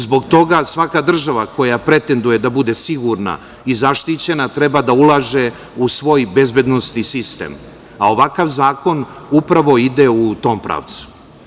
Zbog toga svaka država koja pretenduje da bude sigurna i zaštićena treba da ulaže u svoj bezbedonosni sistem, a ovakav zakon upravo ide u tom pravcu.